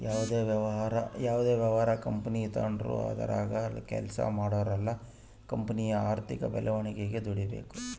ಯಾವುದೇ ವ್ಯವಹಾರ ಇಲ್ಲ ಕಂಪನಿ ತಾಂಡ್ರು ಅದರಾಗ ಕೆಲ್ಸ ಮಾಡೋರೆಲ್ಲ ಕಂಪನಿಯ ಆರ್ಥಿಕ ಬೆಳವಣಿಗೆಗೆ ದುಡಿಬಕು